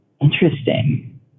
Interesting